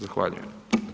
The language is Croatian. Zahvaljujem.